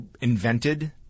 invented